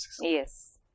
Yes